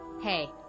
Hey